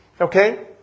okay